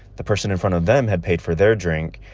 the person in front of them had paid for their drink.